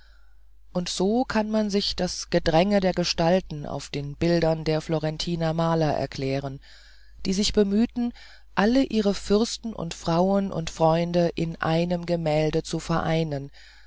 und so kann man sich das gedränge der gestalten auf den bildern der florentiner maler erklären die sich bemühten alle ihre fürsten und frauen und freunde in einem gemälde zu vereinen